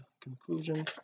conclusion